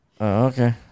Okay